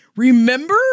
Remember